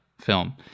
film